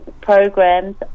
programs